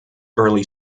early